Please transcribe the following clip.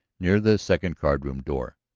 near the second card-room door.